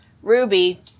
Ruby